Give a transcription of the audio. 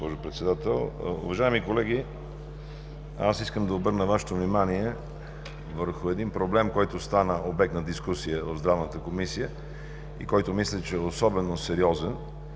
госпожо Председател. Уважаеми колеги, искам да обърна Вашето внимание върху един проблем, който стана обект на дискусия в Здравната комисия и който, мисля, че е особено сериозен